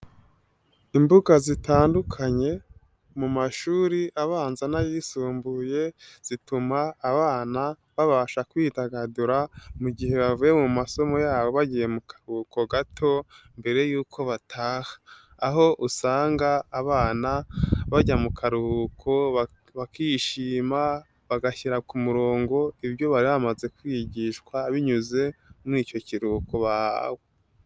Imbuga zitandukanye mu mashuri abanza n'ayisumbuye zituma abana babasha kwidagadura mu gihe bavuye mu masomo yabo bagiye mu karuhuko gato mbere yuko bataha. Aho usanga abana bajya mu karuhuko bakishima, bagashyira ku murongo ibyo bari bamaze kwigishwa binyuze muri icyo kiruhuko bahawe.